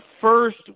first